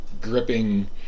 gripping